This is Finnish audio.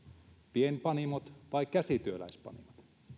pienpanimot vai käsityöläispanimot